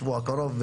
בשבוע הקרוב,